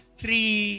three